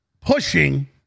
Pushing